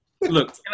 Look